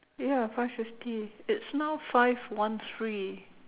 ya five fifty it's now five one three